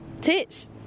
Tits